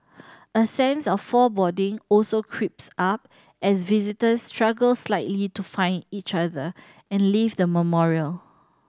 a sense of foreboding also creeps up as visitors struggle slightly to find each other and leave the memorial